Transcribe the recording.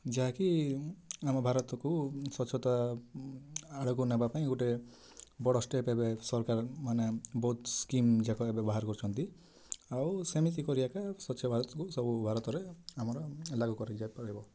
ଯାହାକି ଆମ ଭାରତକୁ ସ୍ୱଚ୍ଛତା ଆଡ଼କୁ ନେବା ପାଇଁ ଗୁଟେ ବଡ଼ ଷ୍ଟେପ୍ ଏବେ ସରକାର ମାନେ ବହୁତ ସ୍କିମ୍ ଯାକ ଏବେ ବାହାର କରିଛନ୍ତି ଆଉ ସେମିତି କରି ଏକା ସ୍ୱଚ୍ଛ ଭାରତ କୁ ସବୁ ଭାରତରେ ଆମର ଲାଗୁ କରାଯାଇପାରିବ